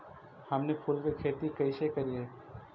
हमनी फूल के खेती काएसे करियय?